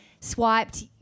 swiped